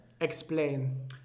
Explain